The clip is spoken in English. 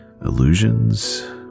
Illusions